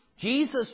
Jesus